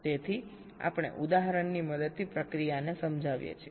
તેથી આપણે ઉદાહરણની મદદથી પ્રક્રિયાને સમજાવીએ છીએ